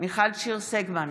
מיכל שיר סגמן,